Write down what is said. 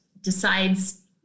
decides